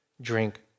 drink